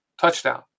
touchdown